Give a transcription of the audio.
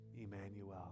Emmanuel